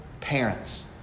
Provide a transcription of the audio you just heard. parents